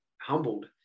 humbled